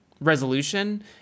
resolution